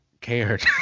cared